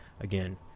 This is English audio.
Again